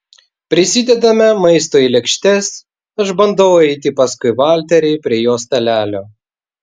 prisidedame maisto į lėkštes aš bandau eiti paskui valterį prie jo stalelio